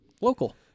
local